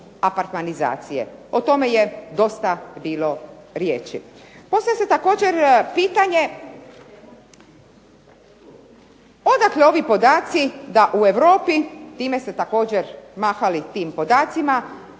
O tome je dosta bilo riječi. Postavlja se također pitanje odakle ovi podaci da u Europi, time ste također mahali tim podacima,